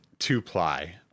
two-ply